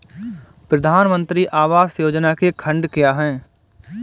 प्रधानमंत्री आवास योजना के खंड क्या हैं?